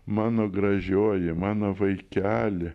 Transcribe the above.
mano gražioji mano vaikeli